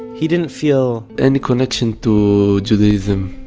he didn't feel, any connection to judaism